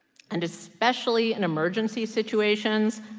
and especially in emergency situations,